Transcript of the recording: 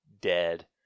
dead